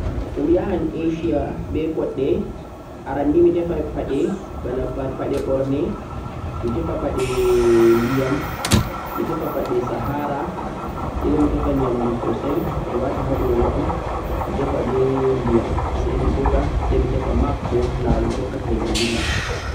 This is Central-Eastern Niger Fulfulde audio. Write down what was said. Tomiyahan Asia be koɗɗe aran nii mi tefan paɗe ɓorne, paɗe ndiyam, paɗe sahara sai bo mi tefa nyamdu sosai wi wata ha boro'am, mi tefa be ndiyam sai mi joga sai mi tefa map bo lawol mi tokkata hedi mi dillata.